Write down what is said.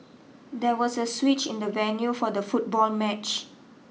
there was a switch in the venue for the football match